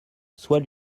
soit